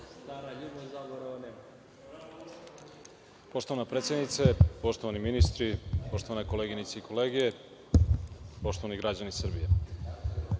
Poštovana predsednice, poštovani ministri, poštovane koleginice i kolege, poštovani građani Srbije,